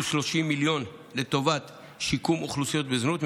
30 מיליון ש"ח לטובת שיקום אוכלוסיות בזנות,